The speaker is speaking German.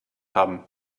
haben